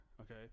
okay